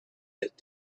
that